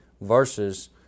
versus